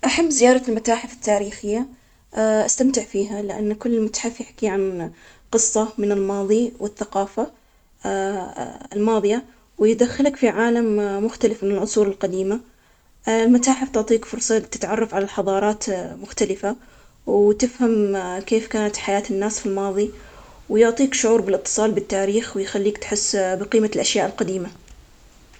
أحب زيارة المتاحف التاريخية، أستمتع فيها، لأن كل متحف يحكي عن قصة من الماضي والثقافة الماضية، ويدخلك في عالم مختلف من العصور القديمة. المتاحف تعطيك فرصة تتعرف على الحضارات مختلفة، وتفهم كيف كانت حياة الناس في الماضي، ويعطيك شعور بالاتصال بالتاريخ، ويخليك تحس بقيمة الأشياء القديمة.